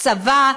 צבא,